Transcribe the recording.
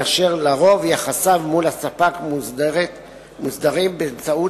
ואשר לרוב יחסיו מול הספק מוסדרים באמצעות